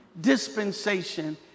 Dispensation